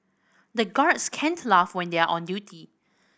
the guards can't laugh when they are on duty